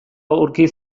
aurki